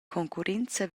concurrenza